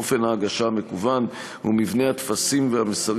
אופן ההגשה המקוון ומבנה הטפסים והמסרים